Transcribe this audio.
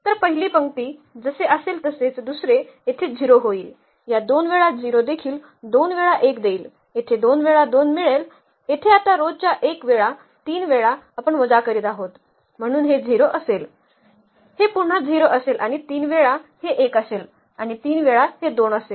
तर पहिली पंक्ती जसे असेल तसेच दुसरे येथे 0 होईल या दोन वेळा 0 देखील दोन वेळा 1 देईल येथे दोन वेळा 2 मिळेल येथे आता रो च्या 1 वेळा 3 वेळा आपण वजा करीत आहोत म्हणजे हे 0 असेल हे पुन्हा 0 असेल आणि 3 वेळा हे 1 असेल आणि 3 वेळा हे 2 असेल